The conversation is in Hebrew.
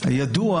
ידוע